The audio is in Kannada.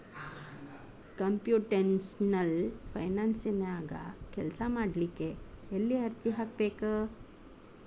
ಕಂಪ್ಯುಟೆಷ್ನಲ್ ಫೈನಾನ್ಸನ್ಯಾಗ ಕೆಲ್ಸಾಮಾಡ್ಲಿಕ್ಕೆ ಎಲ್ಲೆ ಅರ್ಜಿ ಹಾಕ್ಬೇಕು?